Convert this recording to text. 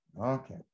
Okay